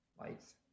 lights